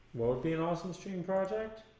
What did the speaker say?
be an awesome stream project